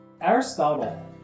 Aristotle